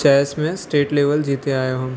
chess में state level जीते आयो हुयमि